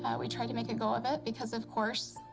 we tried to make a go of it because, of course,